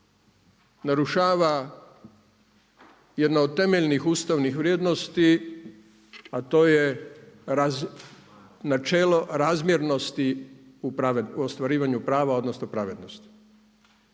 narušava jedna od temeljnih ustavnih vrijednosti, a to je načelo razmjernosti u ostvarivanju prava odnosno pravednosti.